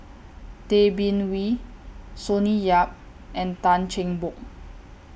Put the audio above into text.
Tay Bin Wee Sonny Yap and Tan Cheng Bock